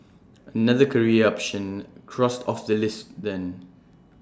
another career option crossed off the list then